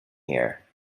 here